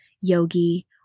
yogi